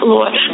Lord